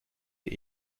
die